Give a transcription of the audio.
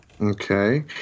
Okay